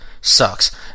sucks